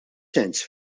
sens